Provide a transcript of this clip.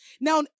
Now